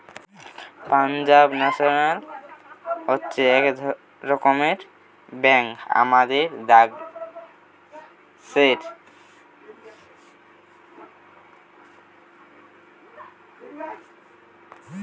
Punjab National হচ্ছে এক রকমের ব্যাঙ্ক আমাদের দ্যাশের